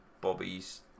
Bobby's